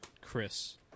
Chris